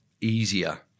easier